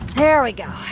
there we go.